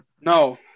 No